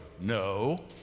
no